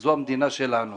וזו המדינה שלנו.